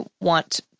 want